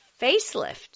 facelift